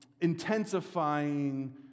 intensifying